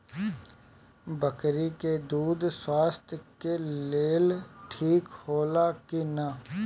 बकरी के दूध स्वास्थ्य के लेल ठीक होला कि ना?